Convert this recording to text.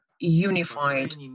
unified